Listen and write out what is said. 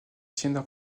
tiennent